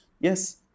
Yes